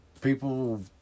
people